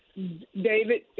david,